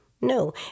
No